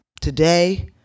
Today